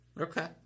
Okay